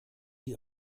die